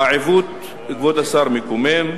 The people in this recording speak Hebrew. העיוות, כבוד השר, מקומם.